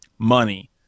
money